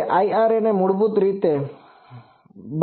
હવે IRA ને મૂળભૂત રીતે